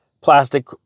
plastic